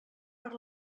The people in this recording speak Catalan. per